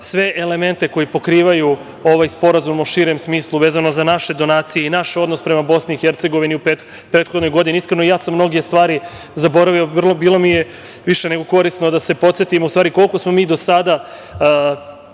sve elemente koji pokrivaju ovaj sporazum u širem smislu, vezano za naše donacije i naš odnos prema BiH u prethodnoj godini, iskreno, i ja sam mnoge stvari zaboravio i bilo mi je više nego korisno da se podsetim u stvari koliko smo mi do sada